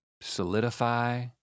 solidify